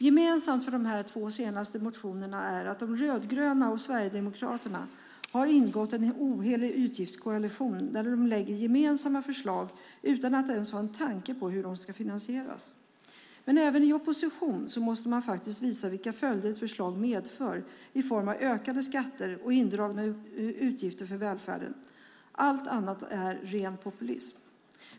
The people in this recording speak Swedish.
Gemensamt för de två senaste motionerna är att de rödgröna och Sverigedemokraterna har ingått en ohelig utgiftskoalition där de lägger fram gemensamma förslag utan att ens ha en tanke på hur de ska finansieras. Men även i opposition måste man faktiskt visa vilka följder ett förslag medför i form av ökade skatter och indragna utgifter för välfärden. Allt annat är ren populism.